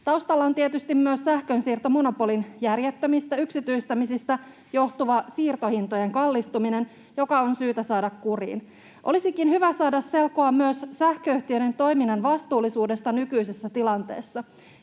Taustalla on tietysti myös sähkönsiirtomonopolin järjettömistä yksityistämisistä johtuva siirtohintojen kallistuminen, joka on syytä saada kuriin. Olisikin hyvä saada selkoa myös sähköyhtiöiden toiminnan vastuullisuudesta nykyisessä tilanteessa.